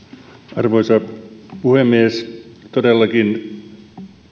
arvoisa puhemies todellakin